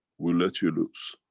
will let you lose